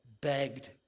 begged